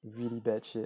really bad shit